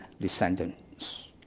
descendants